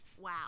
Wow